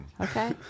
okay